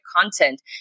content